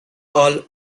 all